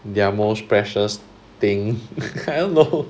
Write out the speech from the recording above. their most precious thing I don't know